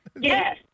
Yes